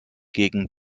gegen